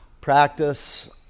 Practice